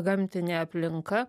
gamtinė aplinka